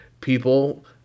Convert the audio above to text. people